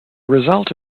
result